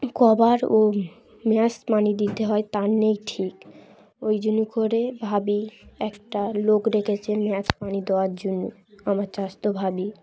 cover ও ম্যাজ দিতে হয় তার নেই ঠিক ওই জন্য করে ভাবি একটা লোক রেখেছে ম্যাজ পানি দেওয়ার জন্য আমার তো ভাবি